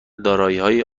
داراییهای